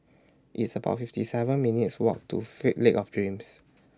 It's about fifty seven minutes' Walk to fake Lake of Dreams